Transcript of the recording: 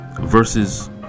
versus